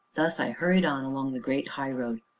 thus i hurried on along the great highroad,